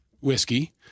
whiskey